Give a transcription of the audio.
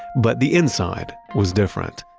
but the inside was different.